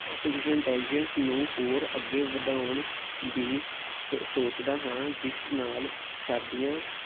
artificial intelligence ਨੂੰ ਹੋਰ ਅੱਗੇ ਵਧਾਉਣ ਦੀ ਸ ਸੋਚਦਾ ਹਾਂ ਜਿਸ ਨਾਲ ਸਾਡੀਆਂ